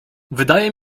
wydaje